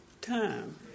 time